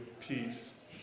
peace